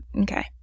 Okay